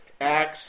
Acts